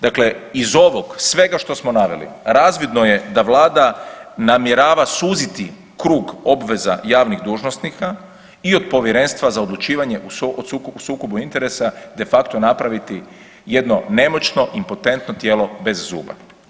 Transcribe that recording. Dakle, iz ovog svega što smo naveli, razvidno je da Vlada namjerava suziti krug obveza javnih dužnosnika i od Povjerenstva za odlučivanje o sukobu interesa de facto napraviti jedno nemoćno, impotentno tijelo bez zuba.